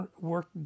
work